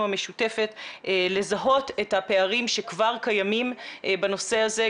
המשותפת לזהות את הפערים שכבר קיימים בנושא הזה,